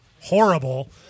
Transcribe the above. horrible